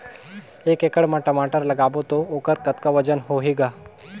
एक एकड़ म टमाटर लगाबो तो ओकर कतका वजन होही ग?